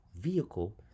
vehicle